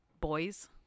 boys